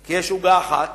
כי יש עוגה אחת